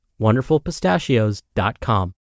wonderfulpistachios.com